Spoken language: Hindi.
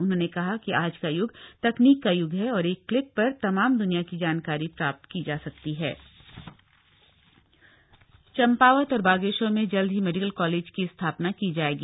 उन्होंने कहा कि ः ज का यूग तकनीक का य्ग ह और एक क्लिक पर तमाम द्निया की जानकारी प्राप्त की जा सकती हण समीक्षा बठक चम्पावत और बागेश्वर में जल्द ही मेडिकल कॉलेज की स्थापना की जायेगी